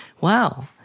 Wow